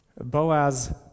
Boaz